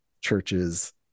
churches